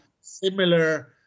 similar